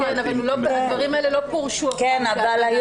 כן, אבל הדברים האלה לא פורשו אף פעם כהגנה עצמית.